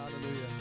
Hallelujah